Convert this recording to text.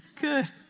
good